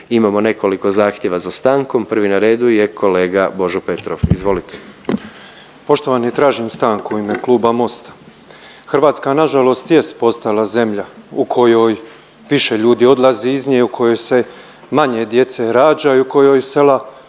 imamo nekoliko zahtjeva za stanku. Prvi na redu je kolega Božo Petrov, izvolite. **Petrov, Božo (MOST)** Poštovani, tražim stanku u ime Kluba Mosta. Hrvatska nažalost jest postala zemlja u kojoj više ljudi odlazi iz nje, u kojoj se manje djece rađa i u kojoj sela